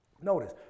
notice